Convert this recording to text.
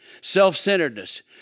self-centeredness